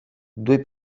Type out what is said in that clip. due